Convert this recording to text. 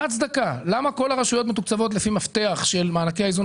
למה כל הרשויות מתוקצבות לפי מפתח של מענקי האיזון